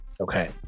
Okay